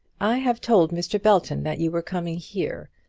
i have told mr. belton that you were coming here.